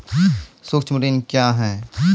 सुक्ष्म ऋण क्या हैं?